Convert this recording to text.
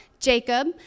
Jacob